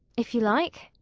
if you like.